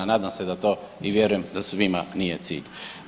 Nadam se da to i vjerujem da svima nije cilj.